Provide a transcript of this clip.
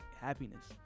happiness